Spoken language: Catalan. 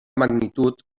magnitud